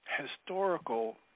historical